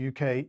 UK